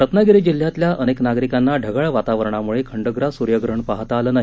रत्नागिरी जिल्ह्यातल्या अनेक नागरिकांना ढगाळ वातावरणामुळे खंडग्रास सुर्यग्रहण पाहता आलं नाही